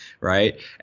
Right